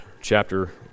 chapter